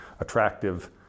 attractive